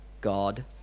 God